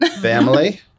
Family